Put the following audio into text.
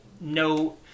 no